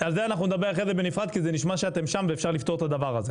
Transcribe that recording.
נדבר על זה אחרי זה בנפרד כי נשמע שאתם שם ואפשר לפתור את זה.